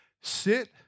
Sit